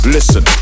Listen